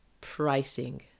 pricing